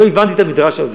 לא הבנתי את המדרש הזה.